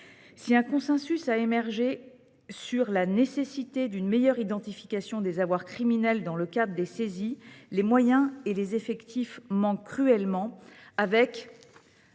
Si un consensus a émergé sur la nécessité d’une meilleure identification des avoirs criminels dans le cadre des saisies, les moyens et les effectifs manquent cruellement,